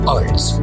arts